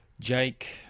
Jake